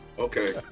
Okay